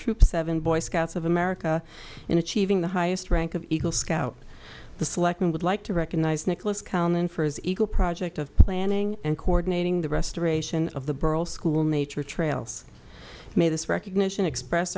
troop seven boy scouts of america in achieving the highest rank of eagle scout the selectmen would like to recognize nicholas counting for his eagle project of planning and coordinating the restoration of the girl school nature trails may this recognition express